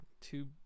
two